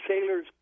sailors